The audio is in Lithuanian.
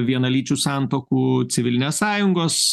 vienalyčių santuokų civilinės sąjungos